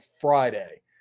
Friday